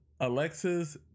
Alexis